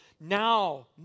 Now